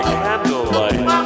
candlelight